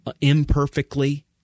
imperfectly